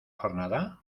jornada